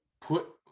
put